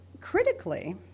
critically